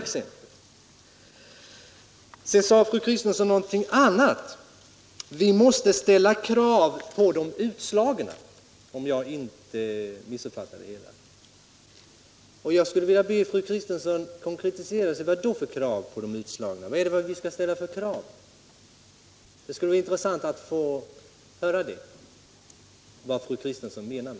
Vidare sade fru Kristensson att vi måste ställa krav på de utslagna —- Om jag inte missuppfattade henne. Jag skulle vilja be fru Kristensson att konkretisera sig. Vad är det för krav vi skall ställa? Det skulle vara intressant att få höra vad fru Kristensson menade.